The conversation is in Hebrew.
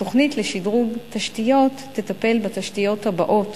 התוכנית לשדרוג תשתיות תטפל בתשתיות הבאות